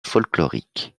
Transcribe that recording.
folkloriques